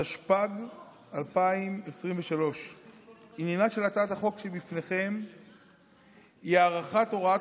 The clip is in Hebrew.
התשפ"ג 2023. עניינה של הצעת החוק שבפניכם היא הארכת הוראת